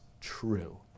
true